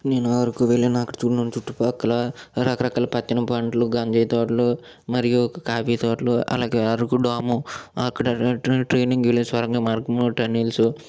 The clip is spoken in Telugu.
నేను అరకు వెళ్ళిన అక్కడ చుట్టుపక్కల రకరకాల పత్తినం పంటలు గంజాయి తోటలు మరియు కాఫీ తోటలు అలాగే అరకుడోము అక్కడ రెడ్రల్ ట్రైనింగ్ వెళ్లే సొరంగం మార్గము టన్నల్సు